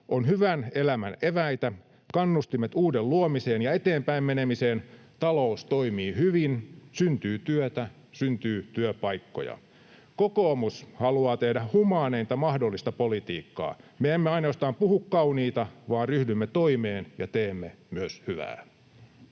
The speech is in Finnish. on hyvän elämän eväitä sekä kannustimet uuden luomiseen ja eteenpäin menemiseen, talous toimii hyvin ja syntyy työtä ja syntyy työpaikkoja. Kokoomus haluaa tehdä humaaneinta mahdollista politiikkaa. Me emme ainoastaan puhu kauniita vaan myös ryhdymme toimeen ja teemme hyvää.